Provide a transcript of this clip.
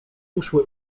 uszły